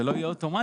זה לא יהיה אוטומטי,